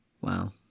wow